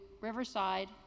Riverside